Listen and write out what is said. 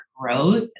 growth